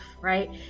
right